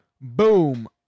Boom